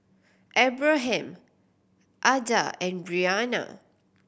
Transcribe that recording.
Abraham Ada and Brianna